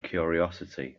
curiosity